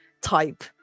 type